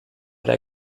der